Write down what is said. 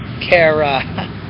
Kara